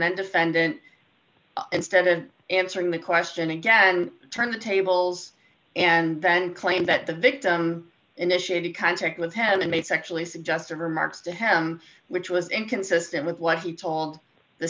then defendant instead of answering the question again and turn the tables and then claim that the victim initiated contact with ted and made sexually suggestive remarks to him which was inconsistent with what he told the